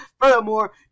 Furthermore